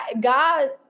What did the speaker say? God